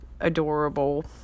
adorable